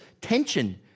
Tension